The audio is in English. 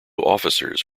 officers